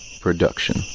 production